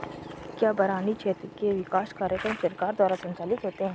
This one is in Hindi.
क्या बरानी क्षेत्र के विकास कार्यक्रम सरकार द्वारा संचालित होते हैं?